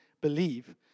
believe